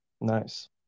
nice